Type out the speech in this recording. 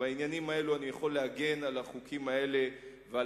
בעניינים האלה אני יכול להגן על החוקים האלה ועל